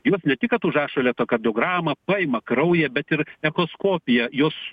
jos ne tik kad užrašo elektrokardiogramą paima kraują bet ir echoskopiją jos